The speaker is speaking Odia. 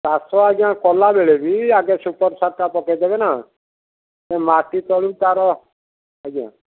ଚାଷ ଆଜ୍ଞା କଲାବେଳେ ବି ଆଗେ ସୁପର୍ ସାରଟା ପକାଇ ଦେବେ ନା ସେ ମାଟି ତଳୁ ତା'ର ଆଜ୍ଞା